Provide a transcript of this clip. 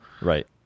Right